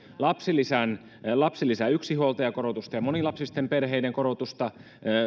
lapsilisän lapsilisän yksinhuoltajakorotusta ja monilapsisten perheiden korotusta